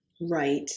Right